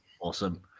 awesome